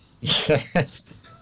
Yes